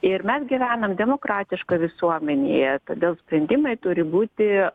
ir mes gyvenam demokratiškoj visuomenėje todėl sprendimai turi būti